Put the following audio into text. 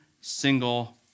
single